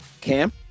Cam